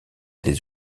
des